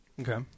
Okay